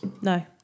No